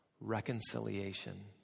Reconciliation